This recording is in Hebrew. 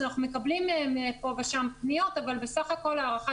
אנחנו מקבלים פה ושם פניות אבל בסך הכל ההערכה